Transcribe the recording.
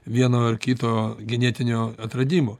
vieno ar kito genetinio atradimo